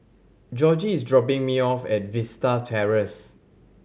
Georgie is dropping me off at Vista Terrace